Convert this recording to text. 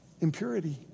impurity